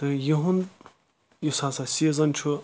تہٕ یِہُنٛد یُس ہَسا سیٖزَن چھُ